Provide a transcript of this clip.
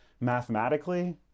mathematically